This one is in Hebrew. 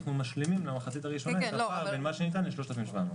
אנחנו משלימים למחצית הראשונה את הפער בין מה שניתן ל-3,700.